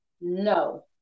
No